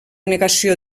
negació